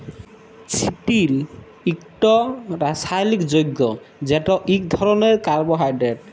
চিটিল ইকট রাসায়লিক যগ্য যেট ইক ধরলের কার্বোহাইড্রেট